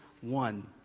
one